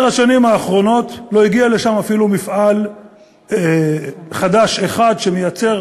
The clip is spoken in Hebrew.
השנים האחרונות לא הגיע לשם אפילו מפעל חדש אחד שמייצר